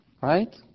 Right